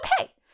okay